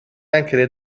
anche